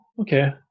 okay